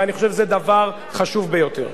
ואני חושב שזה דבר חשוב ביותר.